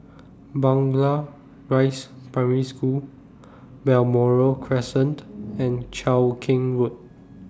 Blangah Rise Primary School Balmoral Crescent and Cheow Keng Road